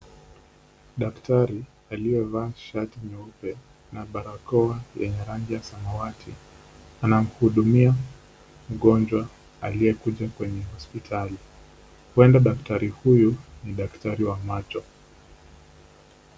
Daktari aliyevaa shati nyeupe na barakoa yenye rangi ya samawati anamhudumia mgonjwa aliyekuja kwenye hospitali, hwenda daktari huyu ni daktari wa macho.